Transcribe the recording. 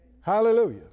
Hallelujah